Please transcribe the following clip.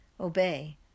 Obey